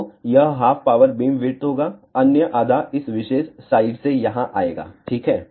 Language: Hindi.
तो यह हाफ पावर बीमविड्थ होगा अन्य आधा इस विशेष साइड से यहां आएगा ठीक है